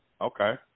Okay